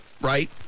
right